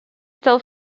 still